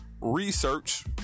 research